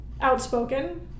outspoken